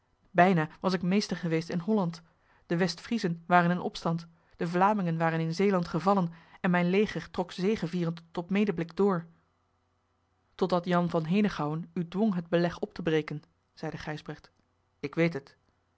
bijna was ik meester geweest in holland de west friezen waren in opstand de vlamingen waren in zeeland gevallen en mijn leger trok zegevierend tot medemblik door totdat jan van henegouwen u dwong het beleg op te breken zeide gijsbrecht ik weet het